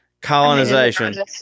colonization